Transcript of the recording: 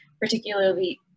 particularly